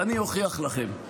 אני אוכיח לכם.